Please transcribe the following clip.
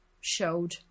showed